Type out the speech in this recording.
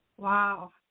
Wow